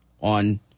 on